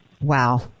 wow